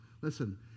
Listen